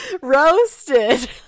roasted